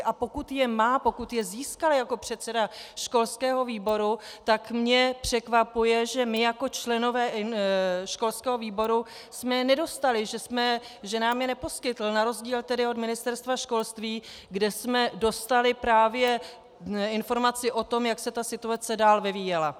A pokud je má, pokud je získal jako předseda školského výboru, tak mě překvapuje, že my jako členové školského výboru jsme je nedostali, že nám je neposkytl na rozdíl od Ministerstva školství, kde jsme dostali právě informaci o tom, jak se ta situace dál vyvíjela.